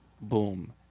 boom